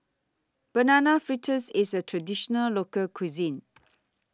Banana Fritters IS A Traditional Local Cuisine